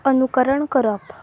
अनुकरण करप